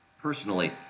Personally